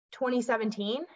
2017